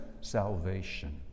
salvation